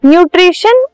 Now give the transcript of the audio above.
Nutrition